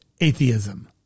atheism